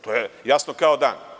To je jasno kao dan.